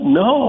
no